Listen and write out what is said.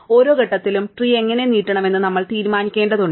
ഓരോ ഘട്ടത്തിലും ട്രീ എങ്ങനെ നീട്ടണമെന്ന് നമ്മൾ തീരുമാനിക്കേണ്ടതുണ്ട്